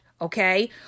Okay